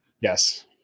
Yes